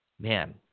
Man